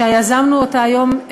שיזמנו אותה היום,